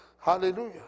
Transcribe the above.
Hallelujah